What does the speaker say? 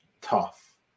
tough